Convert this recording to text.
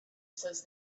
says